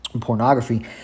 pornography